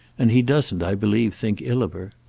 and he doesn't, i believe, think ill of her.